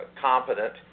competent